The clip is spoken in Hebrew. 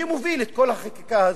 מי מוביל את כל החקיקה הזאת.